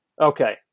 Okay